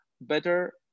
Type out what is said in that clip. better